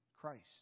Christ